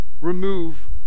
remove